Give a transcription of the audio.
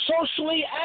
socially